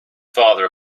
father